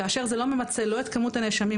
כאשר זה לא ממצה לא את כמות הנאשמים,